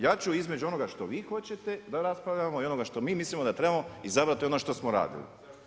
Ja ću između onoga što vi hoćete da raspravljamo i onoga što mi mislimo da trebamo izabrati ono što smo radili.